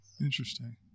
Interesting